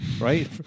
right